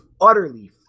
utterly